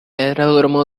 aeródromo